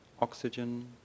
oxygen